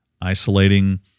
isolating